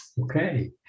Okay